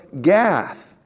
Gath